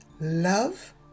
love